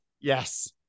Yes